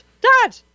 Dad